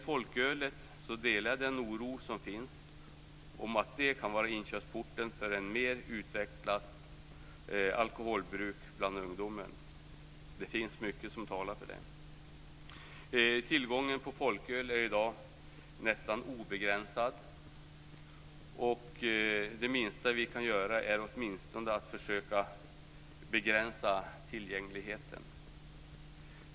Jag delar den oro som finns när det gäller att folkölet kan vara inkörsport till ett mer utvecklat alkoholbruk bland ungdomen. Det finns mycket som talar för det. Tillgången till folköl är i dag nästan obegränsad. Det minsta vi kan göra är att åtminstone försöka begränsa tillgängligheten.